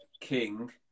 king